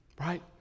Right